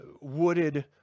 wooded